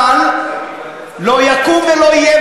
אבל לא יקום ולא יהיה,